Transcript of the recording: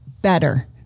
better